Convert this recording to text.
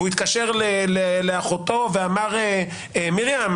הוא התקשר לאחותו ואמר "מרים,